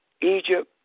Egypt